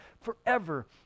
forever